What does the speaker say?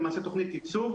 למעשה תוכנית ייצוב,